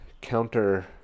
counter